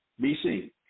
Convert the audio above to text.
BC